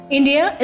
India